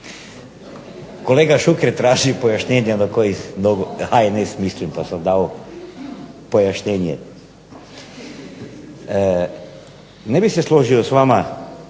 kolega Šuker traži pojašnjenje na koji HNS mislim, pa sam dao pojašnjenje. Ne bih se složio s vama